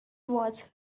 was